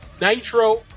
Nitro